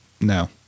No